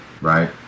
right